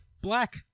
black